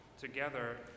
Together